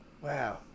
Wow